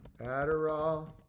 Adderall